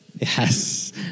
Yes